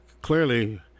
clearly